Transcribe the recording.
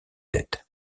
dettes